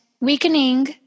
weakening